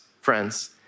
friends